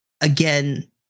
Again